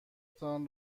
تان